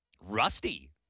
rusty